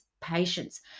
patience